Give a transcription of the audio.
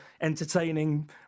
entertaining